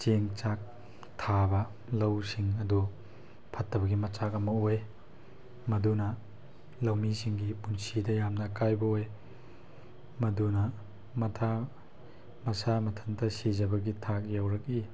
ꯆꯦꯡ ꯆꯥꯛ ꯊꯥꯕ ꯂꯧꯁꯤꯡ ꯑꯗꯨ ꯐꯠꯇꯕꯒꯤ ꯃꯆꯥꯛ ꯑꯃ ꯑꯣꯏ ꯃꯗꯨꯅ ꯂꯧ ꯃꯤ ꯁꯤꯡꯒꯤ ꯄꯨꯟꯁꯤꯗ ꯌꯥꯝꯅ ꯑꯀꯥꯏꯕ ꯑꯣꯏ ꯃꯗꯨꯅ ꯃꯁꯥ ꯃꯊꯟꯇ ꯁꯤꯖꯕꯒꯤ ꯊꯥꯛ ꯌꯧꯔꯛꯏ